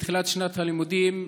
בתחילת שנת הלימודים,